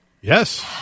Yes